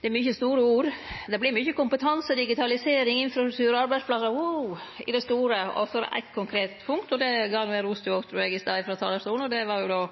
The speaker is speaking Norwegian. Det er mykje store ord – det blir mykje kompetanse, digitalisering, infrastruktur, arbeidsplassar og så vidare i det store. Så var det eitt konkret punkt, og det gav eg ros til i stad frå talarstolen, og det var at